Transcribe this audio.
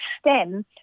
stem